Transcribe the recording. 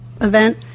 event